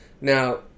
Now